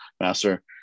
master